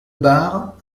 bar